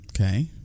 Okay